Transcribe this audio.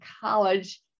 college